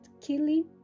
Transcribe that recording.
killing